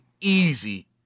easy